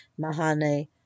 Mahane